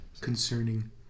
concerning